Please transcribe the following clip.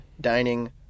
dining